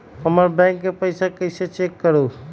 हमर बैंक में पईसा कईसे चेक करु?